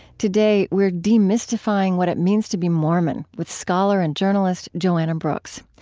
today we're demystifying what it means to be mormon with scholar and journalist joanna brooks.